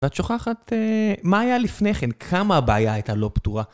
ואת שוכחת מה היה לפני כן, כמה הבעיה הייתה לא פתורה.